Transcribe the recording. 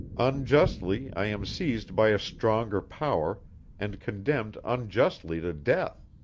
unjustly, i am seized by a stronger power and condemned unjustly to death.